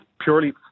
purely